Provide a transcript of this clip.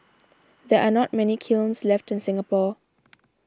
there are not many kilns left in Singapore